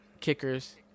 Kickers